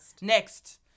Next